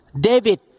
David